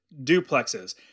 duplexes